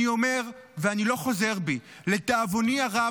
אני אומר ואני לא חוזר בי: לדאבוני הרב,